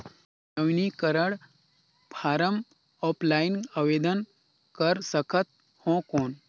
नवीनीकरण form offline आवेदन कर सकत हो कौन?